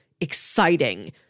exciting